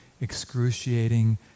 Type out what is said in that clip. excruciating